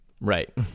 right